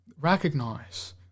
recognize